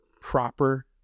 proper